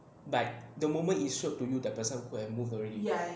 like the moment it showed to you that person could have move already